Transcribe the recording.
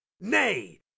nay